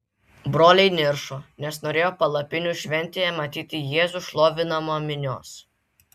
broliai niršo nes norėjo palapinių šventėje matyti jėzų šlovinamą minios